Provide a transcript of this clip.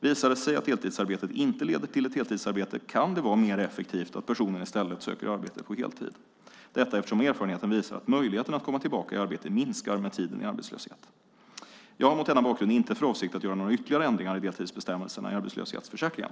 Visar det sig att deltidsarbetet inte leder till ett heltidsarbete kan det vara mer effektivt att personen i stället söker arbete på heltid, detta eftersom erfarenheten visar att möjligheten att komma tillbaka i arbete minskar med tiden i arbetslöshet. Jag har mot denna bakgrund inte för avsikt att göra några ytterligare ändringar i deltidsbestämmelserna i arbetslöshetsförsäkringen.